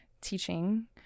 teaching